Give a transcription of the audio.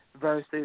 Versus